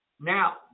Now